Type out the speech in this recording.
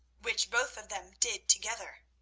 which both of them did together.